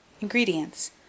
Ingredients